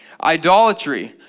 idolatry